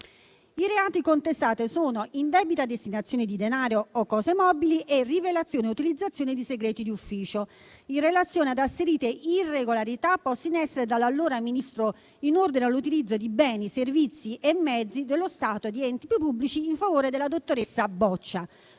I reati contestati sono: indebita destinazione di denaro o cose mobili e rivelazione e utilizzazione di segreti d'ufficio, in relazione ad asserite irregolarità poste in essere dall'allora Ministro in ordine all'utilizzo di beni, servizi e mezzi dello Stato e di enti pubblici in favore della dottoressa Boccia,